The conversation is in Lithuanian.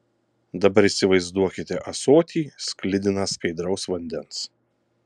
dabar įsivaizduokite ąsotį sklidiną skaidraus vandens